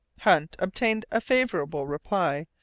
hunt obtained a favourable reply,